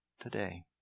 today